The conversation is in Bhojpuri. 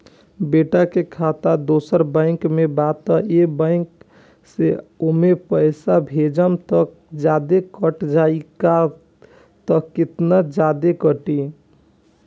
बेटा के खाता दोसर बैंक में बा त ए बैंक से ओमे पैसा भेजम त जादे कट जायी का त केतना जादे कटी?